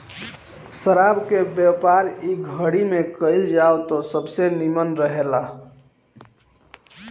शराब के व्यापार इ घड़ी में कईल जाव त सबसे निमन रहेला